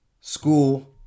school